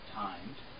timed